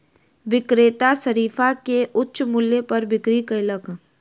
विक्रेता शरीफा के उच्च मूल्य पर बिक्री कयलक